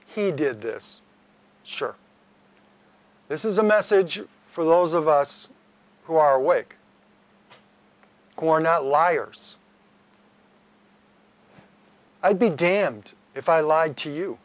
he did this sure this is a message for those of us who are awake or not liars i be damned if i lie to you